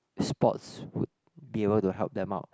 sports would be able to help them out